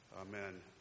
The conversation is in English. Amen